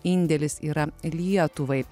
indėlis yra lietuvai